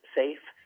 safe